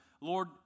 Lord